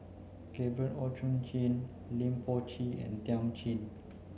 Gabriel Oon Chong Jin Lim Chor Pee and Thiam Chin